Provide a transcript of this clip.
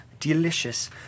Delicious